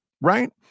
Right